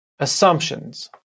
Assumptions